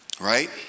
Right